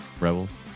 Rebels